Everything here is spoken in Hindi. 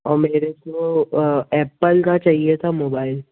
और मेरे को एप्पल का चाहिए था मोबाइल